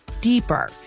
deeper